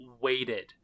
waited